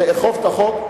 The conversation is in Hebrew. לאכוף את החוק,